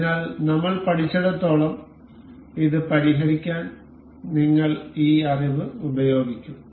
അതിനാൽ നമ്മൾ പഠിച്ചിടത്തോളം ഇത് പരിഹരിക്കാൻ നിങ്ങൾ ഈ അറിവ് ഉപയോഗിക്കും